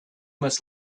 must